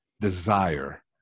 desire